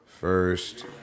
first